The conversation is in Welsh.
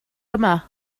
yma